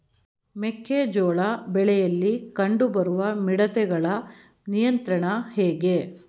ಮೆಕ್ಕೆ ಜೋಳ ಬೆಳೆಯಲ್ಲಿ ಕಂಡು ಬರುವ ಮಿಡತೆಗಳ ನಿಯಂತ್ರಣ ಹೇಗೆ?